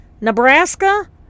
Nebraska